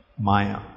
Maya